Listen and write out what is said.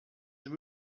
they